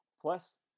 Plus